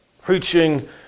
preaching